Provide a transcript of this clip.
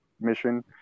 mission